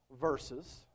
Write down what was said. verses